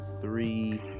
three